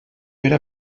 era